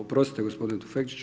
Oprostite gospodine Tufekčiću.